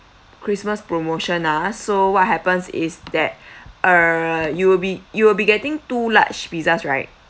christmas promotion ah so what happens is that err you'll be you'll be getting two large pizzas right